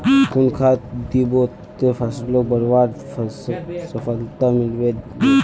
कुन खाद दिबो ते फसलोक बढ़वार सफलता मिलबे बे?